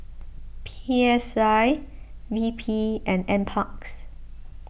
P S I V P and NParks